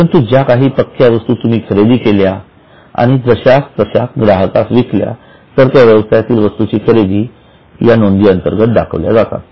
परंतु ज्या काही पक्क्या वस्तू तुम्ही खरेदी केल्या आणि जशास तशा ग्राहकास विकल्या तर त्या व्यवसायातील वस्तूची खरेदी या नोंदी अंतर्गत दाखवल्या जातील